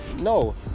No